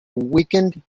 weakened